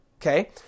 Okay